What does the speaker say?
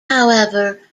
however